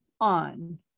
on